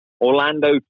Orlando